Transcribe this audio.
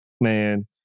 man